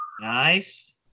Nice